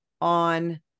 on